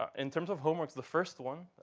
um in terms of homework, the first one,